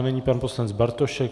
A nyní pan poslanec Bartošek.